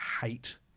hate